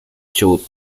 chubut